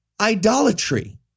idolatry